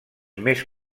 més